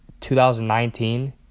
2019